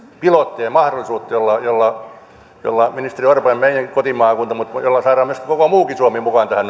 pilotteja mahdollisuutta jolla jolla saadaan paitsi ministeri orpon ja meidän kotimaakunta mutta myös koko muukin suomi mukaan tähän